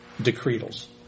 Decretals